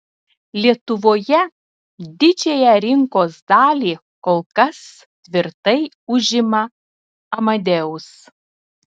lietuvoje didžiąją rinkos dalį kol kas tvirtai užima amadeus